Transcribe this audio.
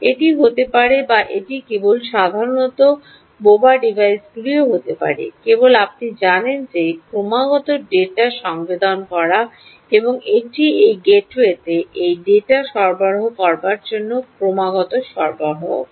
এটি হতে পারে বা এটি কেবল সাধারণ বোবা ডিভাইসগুলিও হতে পারে কেবল আপনি জানেন যে ক্রমাগত ডেটা সংবেদন করা এবং এটি এই গেটওয়েতে এই ডেটা সরবরাহ করার জন্য ক্রমাগত এটি সরবরাহ করা